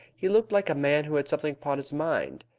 he looked like a man who had something upon his mind.